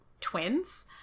twins